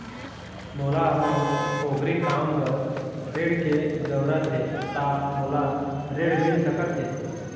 मोला मोर पोगरी काम बर ऋण के जरूरत हे ता मोला ऋण मिल सकत हे?